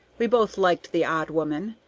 we both liked the odd woman,